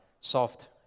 soft